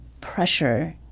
pressure